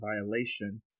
violation